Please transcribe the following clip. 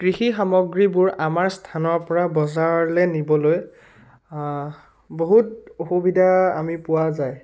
কৃষি সামগ্ৰীবোৰ আমাৰ স্থানৰ পৰা বজাৰলৈ নিবলৈ বহুত অসুবিধা আমি পোৱা যায়